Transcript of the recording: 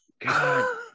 God